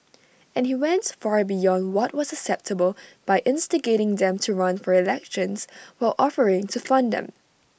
and he went far beyond what was acceptable by instigating them to run for elections while offering to fund them